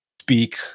speak